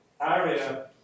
area